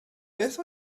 beth